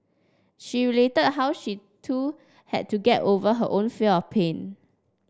she related how she too had to get over her own fear of pain